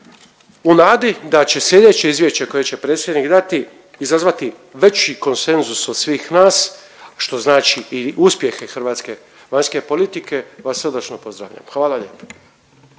u nadi da će sljedeće izvješće koje će predsjednik dati izazvati veći konsenzus od svih nas, što znači i uspjehe hrvatske vanjske politike, vas srdačno pozdravljam. Hvala lijepo.